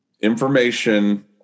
information